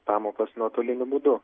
pamokas nuotoliniu būdu